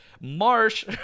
Marsh